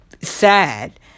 sad